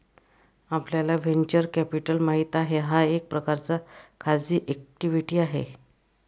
आपल्याला venture capital माहित आहे, हा एक प्रकारचा खाजगी इक्विटी आहे